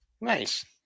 Nice